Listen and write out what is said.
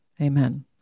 Amen